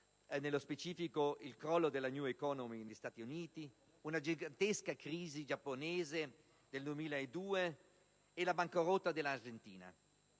nello specifico, dal crollo della*new economy* negli Stati Uniti, oltre alla gigantesca crisi giapponese del 2002 e alla bancarotta dell'Argentina.